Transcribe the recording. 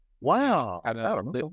wow